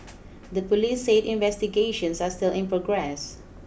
the police said investigations are still in progress